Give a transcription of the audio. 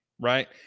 right